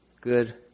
good